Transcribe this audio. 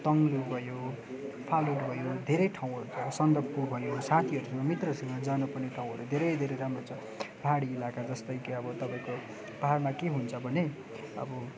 तोङ्गलु भयो फालुट भयो धेरै ठाउँहरू छ सन्दकफू भयो साथीहरूसँग मित्रसँग जानुपर्ने ठाउँहरू धेरै धेरै राम्रो छ पाहाडी इलाका जस्तै कि अब तपाईँको पाहाडमा के हुन्छ भने अब